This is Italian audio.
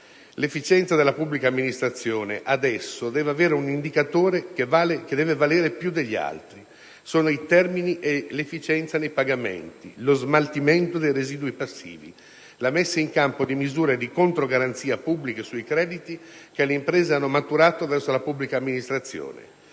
L'efficienza della pubblica amministrazione, adesso, deve avere un indicatore che deve valere più degli altri: i termini e l'efficienza nei pagamenti, lo smaltimento dei residui passivi, la messa in campo di misure di controgaranzia pubbliche sui crediti che le imprese hanno maturato verso la pubblica amministrazione.